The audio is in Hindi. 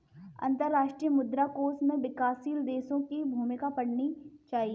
अंतर्राष्ट्रीय मुद्रा कोष में विकासशील देशों की भूमिका पढ़नी चाहिए